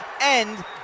end